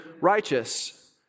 righteous